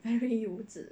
very 幼稚